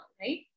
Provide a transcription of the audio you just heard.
right